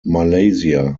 malaysia